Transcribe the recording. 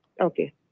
Okay